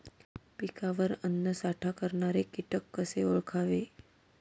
पिकावर अन्नसाठा करणारे किटक कसे ओळखावे?